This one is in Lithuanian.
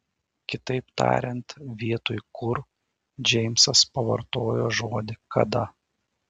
kitaip tariant vietoj kur džeimsas pavartojo žodį kada